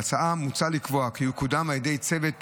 בהצעה מוצע לקבוע כי הוא יקודם על ידי צוות